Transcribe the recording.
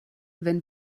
wenn